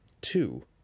Two